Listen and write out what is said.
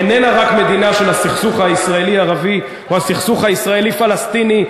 איננה רק מדינה של הסכסוך הישראלי ערבי או הסכסוך הישראלי פלסטיני.